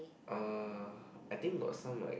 uh I think got some like